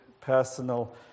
personal